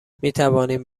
میتوانیم